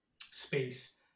space